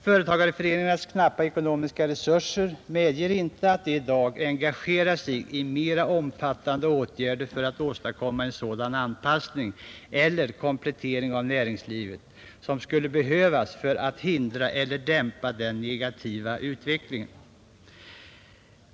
Företagareföreningarnas knappa ekonomiska resurser medger inte att de i dag engagerar sig i mera omfattande åtgärder för att åstadkomma en sådan anpassning eller komplettering av näringslivet som skulle behövas för att hindra eller dämpa den negativa utvecklingen.